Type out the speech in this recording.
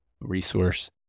resource